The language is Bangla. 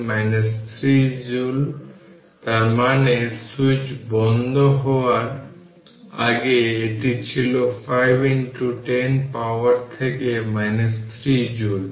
এখন মোট এনার্জি w1 w2 এর এনার্জি ছিল 25 10 3 জুল তার মানে সুইচ বন্ধ হওয়ার আগে এটি ছিল 510 পাওয়ার থেকে 3 জুল